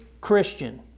Christian